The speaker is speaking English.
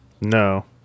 No